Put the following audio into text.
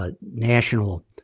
national